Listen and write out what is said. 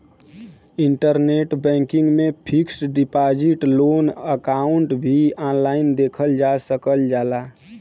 internet banking में fixed deposit loan account भी online देखल जा सकल जाला